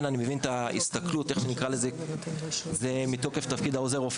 אני מבין את ההסתכלות שמתוקף עוזר הרופא